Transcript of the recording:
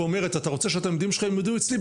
ואומרת: "אתה רוצה שהתלמידים שלך ילמדו אצלי?